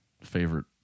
favorite